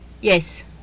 Yes